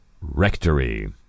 rectory